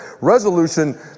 resolution